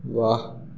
वाह